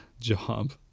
job